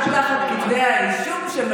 תחזרי על זה.